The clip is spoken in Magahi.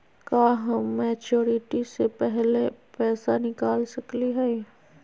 का हम मैच्योरिटी से पहले पैसा निकाल सकली हई?